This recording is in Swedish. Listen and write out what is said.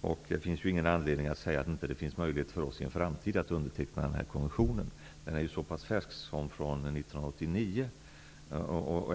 det. Det finns ingen anledning att säga att det inte finns möjlighet för Sverige att i en framtid underteckna denna konvention. Den kom så pass nyligen som år 1989.